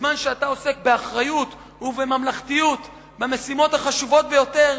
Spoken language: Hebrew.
בזמן שאתה עוסק באחריות ובממלכתיות במשימות החשובות ביותר,